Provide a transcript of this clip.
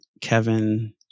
Kevin